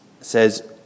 says